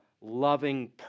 loving